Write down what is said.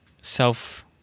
self-